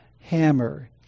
hammer